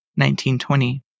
1920